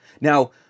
Now